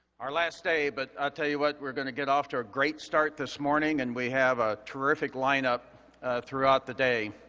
our last day, but i'll tell you what, we're gonna get off to a great start this morning. and, we have a terrific lineup throughout the day.